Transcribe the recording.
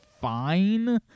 fine